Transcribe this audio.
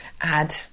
add